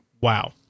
Wow